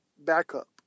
Backup